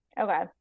Okay